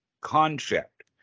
concept